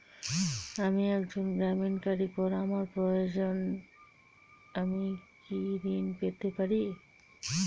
আমি একজন গ্রামীণ কারিগর আমার প্রয়োজনৃ আমি কি ঋণ পেতে পারি?